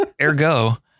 Ergo